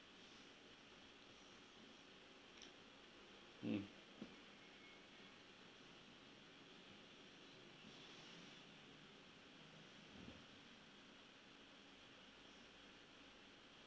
mm